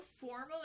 formal